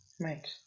right